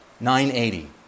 980